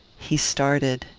he started.